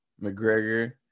McGregor